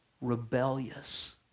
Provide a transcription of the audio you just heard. rebellious